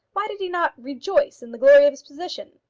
why did he not rejoice in the glory of his position?